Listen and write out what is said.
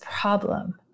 problem